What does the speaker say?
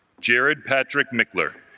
jared patrick mcclure